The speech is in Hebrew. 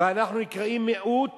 ואנחנו נקראים מיעוט